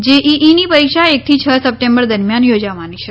જેઈઈની પરીક્ષા એકથી છ સપ્ટેમ્બર દરમિયાન યોજાવાની છે